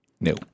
No